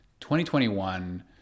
2021